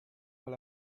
con